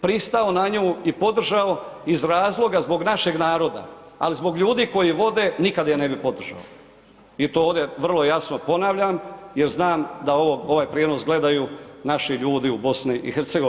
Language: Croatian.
pristao na nju i podržao iz razloga zbog našeg naroda, al zbog ljudi koji vode, nikad je ne bi podržao i to ovdje vrlo jasno ponavljam jer znam da ovaj prijenos gledaju naši ljudi u BiH.